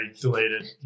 deleted